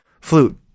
flute